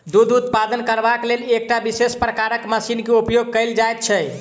दूध उत्पादन करबाक लेल एकटा विशेष प्रकारक मशीन के उपयोग कयल जाइत छै